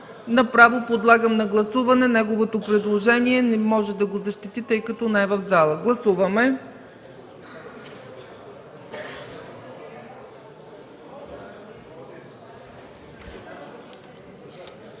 Направо подлагам на гласуване неговото предложение. Не може да го защити, тъй като не е в залата. Гласуваме.